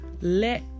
Let